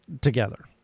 together